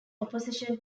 opposition